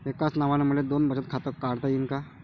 एकाच नावानं मले दोन बचत खातं काढता येईन का?